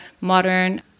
modern